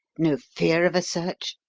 no fear of a search?